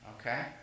Okay